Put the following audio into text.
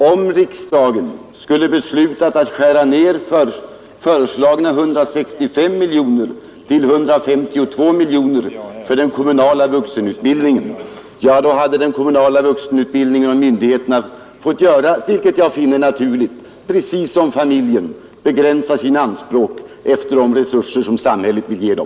Om riksdagen skulle besluta att skära ned de föreslagna 165 miljoner kronorna till 152 miljoner kronor för den kommunala vuxenutbildningen, får den kommunala vuxenutbildningen och myndigheterna — vilket jag finner naturligt — göra precis som familjen, nämligen begränsa sina anspråk efter de resurser samhället vill ge dem.